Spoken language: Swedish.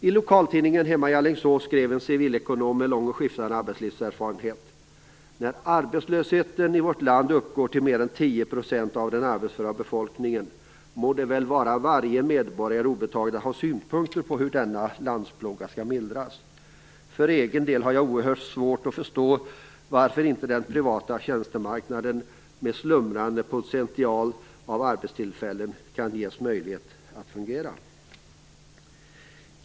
I lokaltidningen hemma i Alingsås skrev en civilekonom med lång och skiftande arbetslivserfarenhet: "När arbetslösheten i vårt land uppgår till mer än 10 procent av den arbetsföra befolkningen må det väl vara varje medborgare obetaget att ha synpunkter på hur denna landsplåga kunde mildras. För egen del har jag oehört svårt att förstå varför inte den privata tjänstemarknaden med sin slumrande potential av arbetstillfällen kan ges möjlighet att fungera."